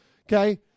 okay